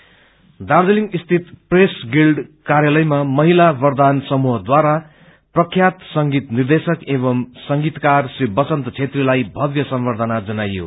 फेसिलेशन् दार्जीलिङ स्थित press guild कार्यलयमा महिला बरदान समूहद्वारा प्रख्यात संगीत निदेशक एंव संगीतकार श्री बसन्त छेत्रीलाई भव्य सम्वधना जनाइयो